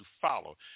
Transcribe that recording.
follow